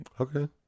Okay